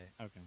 okay